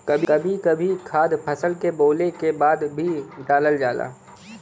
कभी कभी खाद फसल बोवले के बाद भी डालल जाला